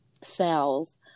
cells